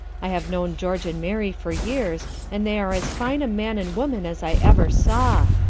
i have known george and mary for years and they are as fine a man and woman as i ever saw.